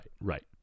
Right